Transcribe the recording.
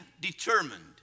determined